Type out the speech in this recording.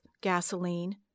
gasoline